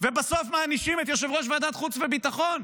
ובסוף מענישים את יושב-ראש ועדת החוץ והביטחון?